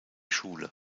schule